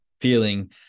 feeling